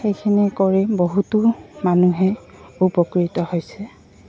সেইখিনি কৰি বহুতো মানুহে উপকৃত হৈছে